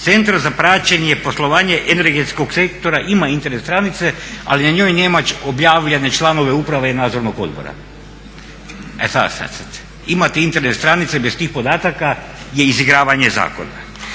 Centar za praćenje i poslovanje energetskog sektora ima Internet stranice ali na njoj nema objavljene članove uprave i Nadzornog odbora. E šta sad. Imati Internet stranice bez tih podataka je izigravanje zakona.